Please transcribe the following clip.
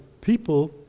people